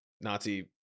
Nazi